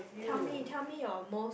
tell me tell me your most